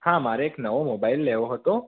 હા મારે એક નવો મોબાઈલ લેવો હતો